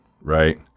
right